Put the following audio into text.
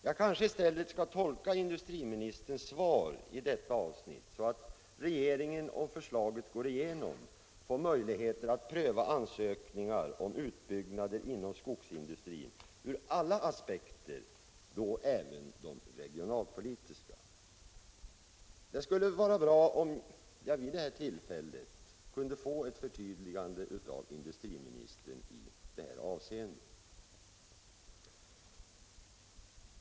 Jag kanske i stället skall tolka industriministerns svar i detta avsnitt så, att regeringen, om förslaget går igenom, får möjligheter att pröva ansökningar om utbyggnader inom skogsindustrin ur alla aspekter — även de regionalpolitiska. Det skulle vara bra om jag vid det här tillfället kunde få ett förtydligande av industriministern i detta avseende.